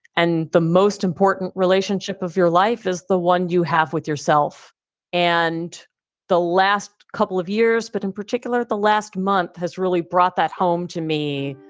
and the most important relationship of your life is the one you have with yourself and the last couple of years, but in particular the last month has really brought that home to me,